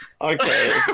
Okay